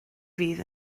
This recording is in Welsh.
fydd